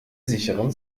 sicheren